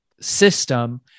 system